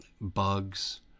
bugs